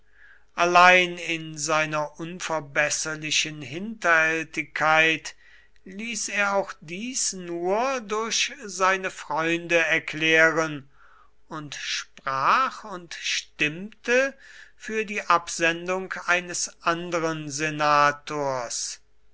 allein in seiner unverbesserlichen hinterhältigkeit ließ er auch dies nur durch seine freunde erklären und sprach und stimmte für die absendung eines anderen senators